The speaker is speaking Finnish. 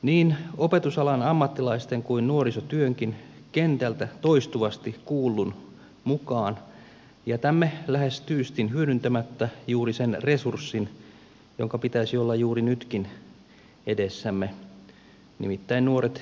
niin opetusalan ammattilaisten kuin nuorisotyönkin kentältä toistuvasti kuullun mukaan jätämme lähes tyystin hyödyntämättä juuri sen resurssin jonka pitäisi olla juuri nytkin edessämme nimittäin nuoret itse